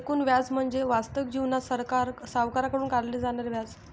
एकूण व्याज म्हणजे वास्तविक जीवनात सावकाराकडून आकारले जाणारे व्याज